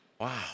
Wow